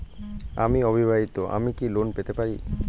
আমি অবিবাহিতা আমি কি লোন পেতে পারি?